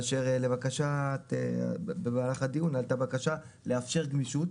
כאשר במהלך הדיון עלתה בקשה לאפשר גמישות